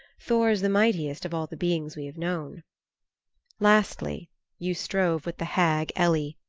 thor is the mightiest of all the beings we have known lastly you strove with the hag ellie.